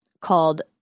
called